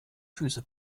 füße